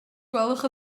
gwelwch